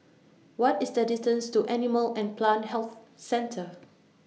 What IS The distance to Animal and Plant Health Centre